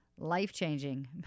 Life-changing